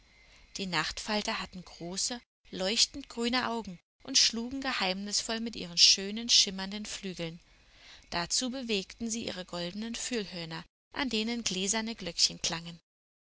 die nachtfalter hatten große leuchtend grüne augen und schlugen geheimnisvoll mit ihren schönen schimmernden flügeln dazu bewegten sie ihre goldenen fühlhörner an denen gläserne glöckchen klangen